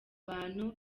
abantu